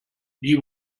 die